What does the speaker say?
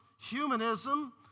humanism